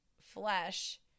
flesh